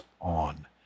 on